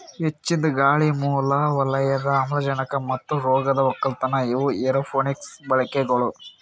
ಹೆಚ್ಚಿಂದ್ ಗಾಳಿ, ಮೂಲ ವಲಯದ ಆಮ್ಲಜನಕ ಮತ್ತ ರೋಗದ್ ಒಕ್ಕಲತನ ಇವು ಏರೋಪೋನಿಕ್ಸದು ಬಳಿಕೆಗೊಳ್